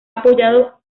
apoyado